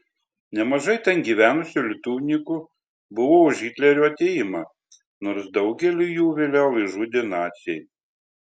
nemažai ten gyvenusių lietuvninkų buvo už hitlerio atėjimą nors daugelį jų vėliau išžudė naciai